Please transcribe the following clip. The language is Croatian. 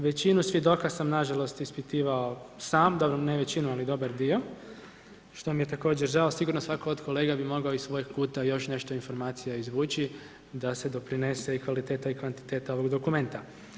Većinu svjedoka sam nažalost ispitivao sam, dobro, ne većinom ali dobar dio, što mi je također žao, sigurno svatko od kolega bi mogao iz svojeg kuta još nešto informacija izvući da se doprinese kvaliteta i kvantiteta ovog dokumenta.